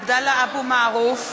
(קוראת בשמות חברי הכנסת) עבדאללה אבו מערוף,